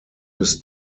his